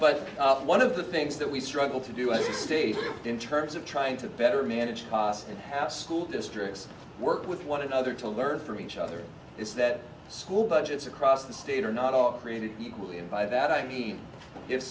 right but one of the things that we struggle to do other states in terms of trying to better manage costs and have school districts work with one another to learn from each other it's that school budgets across the state are not all created equally and by that i mean if